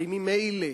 הרי ממילא